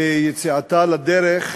ביציאתה לדרך,